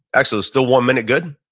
ax, is still one minute good?